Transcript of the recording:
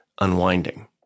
unwinding